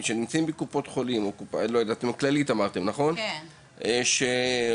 שנמצאים בקופת חולים ׳כללית׳